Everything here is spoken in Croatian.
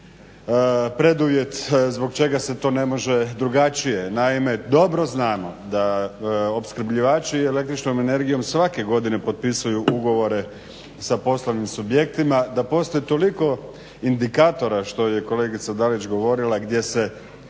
preduvjet zbog čega se to ne može drugačije, naime dobro znamo da opskrbljivači električnom energijom svake godine potpisuju ugovore sa poslovnim subjektima, da postoji toliko indikatora što je kolegica Dalić govorila gdje se